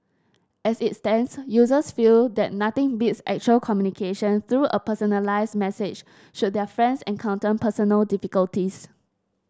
as it stands users feel that nothing beats actual communication through a personalised message should their friends encounter personal difficulties